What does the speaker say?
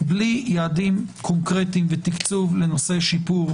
בלי יעדים קונקרטיים ותקצוב לנושא שיפור